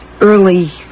early